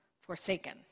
forsaken